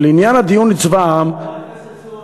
ולעניין הדיון על צבא העם, חבר הכנסת צור,